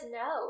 no